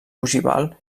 ogival